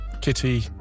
kitty